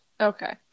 okay